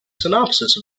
synopsis